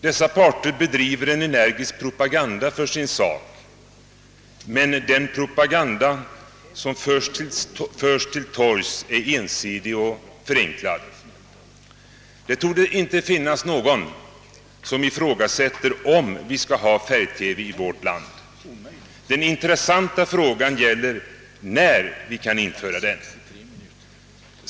Dessa parter bedriver en energisk propaganda för sin sak, men den propaganda som förs till torgs är ensidig och förenklad. Det torde inte finnas någon som ifrågasätter om vi skall ha färg-TV i vårt land; den intressanta frågan gäller när vi kan införa den.